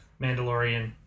mandalorian